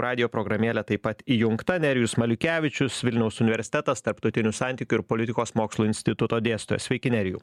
radijo programėlė taip pat įjungta nerijus maliukevičius vilniaus universiteto tarptautinių santykių ir politikos mokslų instituto dėstytojas sveiki nerijau